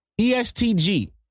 ESTG